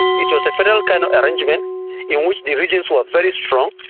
it was a federal kind of arrangement in which the regions were very strong,